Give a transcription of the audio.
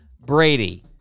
Brady